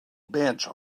bench